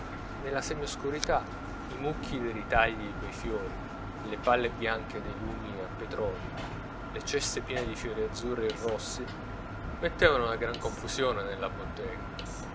nella semioscurità i mucchi dei ritagli pei fiori le palle bianche dei lumi a petrolio le ceste piene di fiori azzurri e rossi mettevano una gran confusione nella bottega